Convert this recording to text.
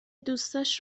دوستاش